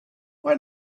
why